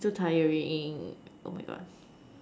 it's too tiring my Gosh